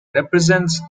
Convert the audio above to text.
represents